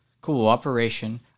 cooperation